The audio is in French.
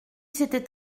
c’était